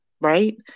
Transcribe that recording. right